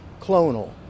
clonal